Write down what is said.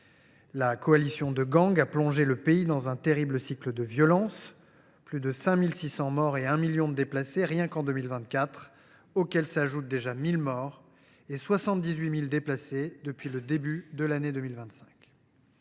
La coalition de gangs a plongé le pays dans un terrible cycle de violence : plus de 5 600 morts et 1 million de déplacés rien qu’en 2024, auxquels s’ajoutent déjà 1 000 morts et 78 000 déplacés depuis le début de l’année 2025.